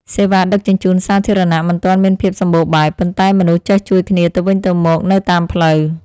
សេវាដឹកជញ្ជូនសាធារណៈមិនទាន់មានភាពសម្បូរបែប ប៉ុន្តែមនុស្សចេះជួយគ្នាទៅវិញទៅមកនៅតាមផ្លូវ។